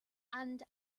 and